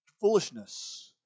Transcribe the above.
foolishness